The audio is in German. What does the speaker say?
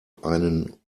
einen